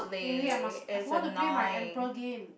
eh wait I must I forgot to play my emperor game